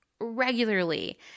regularly